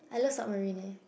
I love submarine eh